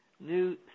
New